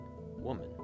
Woman